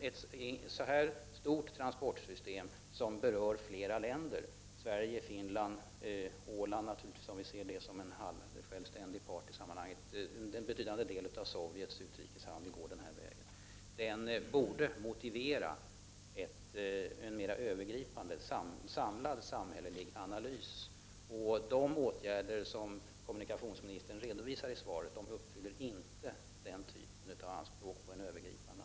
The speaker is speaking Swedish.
Ett så här pass stort transportsystem som också berör flera länder — Sverige och Finland samt naturligtvis Åland, om nu Åland ses som en självständig part i sammanhanget och vidare även Sovjet, eftersom en betydande del av Sovjet utrikeshandel sker den här vägen — borde motivera en mera Över gripande samlad samhällelig analys. De åtgärder som kommunikationsmi = Prot. 1989/90:34 nistern redovisar i svaret står inte i överensstämmelse med de anspråk som 28 november 1989 man kan ha på övergripande analys.